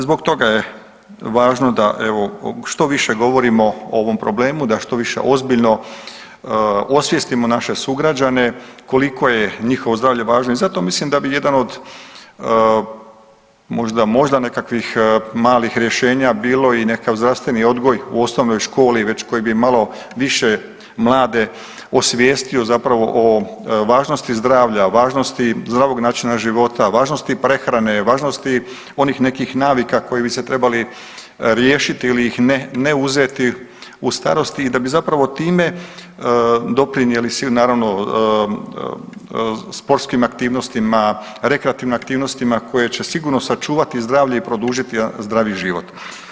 Zbog toga je važno da evo što više govorimo o ovom problemu, da što više ozbiljno osvijestimo naše sugrađane koliko je njihovo zdravlje važno i zato mislim da bi jedan od možda nekakvih malih rješenja bilo i nekakav zdravstveni odgoj u osnovnoj školi koji bi malo više mlade osvijestio zapravo o važnosti zdravlja, važnosti zdravog načina života, važnosti prehrane, važnosti onih nekih navika kojih bi se trebali riješiti ili ih ne uzeti u starosti i da bi zapravo time doprinijeli svi naravno sportskim aktivnostima, rekreativnim aktivnostima koje će sigurno sačuvati zdravlje i produžiti jedan zdraviji život.